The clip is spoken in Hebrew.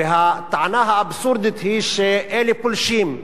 הטענה האבסורדית היא שאלה פולשים.